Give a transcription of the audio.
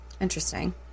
interesting